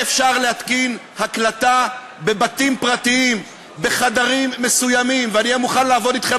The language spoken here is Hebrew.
שלה, של הבן הקטן, מותר לה להקליט את הבייביסיטר,